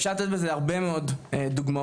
אפשר לתת בזה הרבה מאוד דוגמאות.